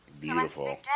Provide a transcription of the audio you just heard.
beautiful